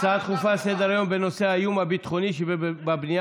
הצעות דחופות לסדר-היום בנושא: האיום הביטחוני שבבנייה